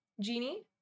Genie